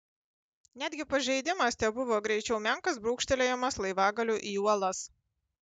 netgi pažeidimas tebuvo greičiau menkas brūkštelėjimas laivagaliu į uolas